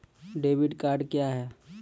Debit card क्या हैं?